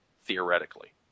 theoretically